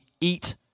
eat